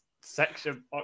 section